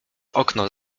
okno